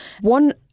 One